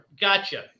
Gotcha